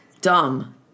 dumb